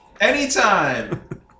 Anytime